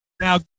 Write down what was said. now